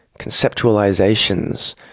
conceptualizations